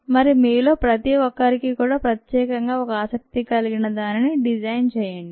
మరి మీలో ప్రతి ఒక్కరికి కూడా ప్రత్యేకంగా ఒక ఆసక్తి కలిగిన దానిన డిజైన్ చేయండి